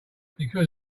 because